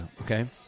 okay